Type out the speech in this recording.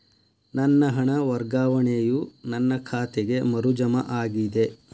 ನನ್ನ ಹಣ ವರ್ಗಾವಣೆಯು ನನ್ನ ಖಾತೆಗೆ ಮರು ಜಮಾ ಆಗಿದೆ